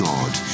God